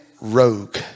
rogue